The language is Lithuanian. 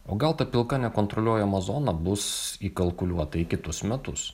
o gal ta pilka nekontroliuojama zona bus įkalkuliuota į kitus metus